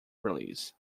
release